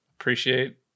Appreciate